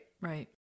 right